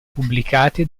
pubblicate